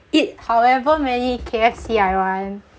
eat however many K_F_C I want